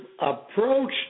approach